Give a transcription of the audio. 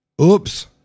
Oops